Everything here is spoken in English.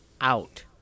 out